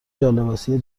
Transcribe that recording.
جالباسی